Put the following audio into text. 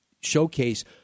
showcase